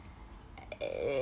err